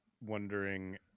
wondering